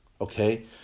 okay